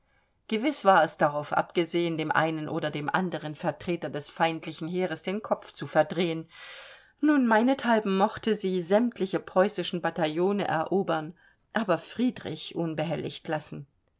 gewiß war es darauf abgesehen dem einen oder dem anderen vertreter des feindlichen heeres den kopf zu verdrehen nun meinethalben mochte sie sämtliche preußische bataillone erobern aber friedrich unbehelligt lassen